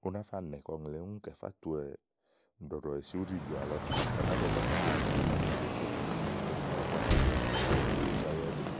ka ú ná fà nɛ̀ kɔ ùŋle úni fà tuwɛ̀ ɖɔ̀ɖɔ̀ si úɖijɔ̀à lɔ tè ka á ná ɖɔ̀ bàni tè é ɖɔ̀ bàni tè é màá mì iɖosò iku màawu búá ná kíni sú kɔ ùŋonì wèe zá ya íɖì lɔ.